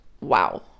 wow